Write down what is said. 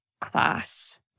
class